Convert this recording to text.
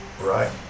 right